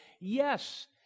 yes